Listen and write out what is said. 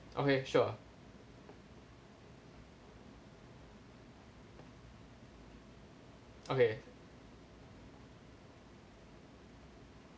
okay sure okay